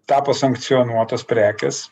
tapo sankcionuotos prekės